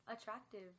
attractive